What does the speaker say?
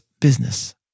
business